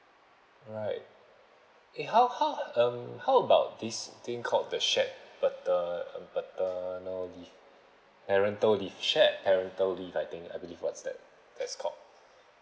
alright eh how how um how about this thing called the shared pater~ paternal leave parental leave shared parental leave I think I believe what's that that's called